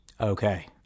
Okay